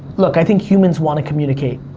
look, i think humans want to communicate,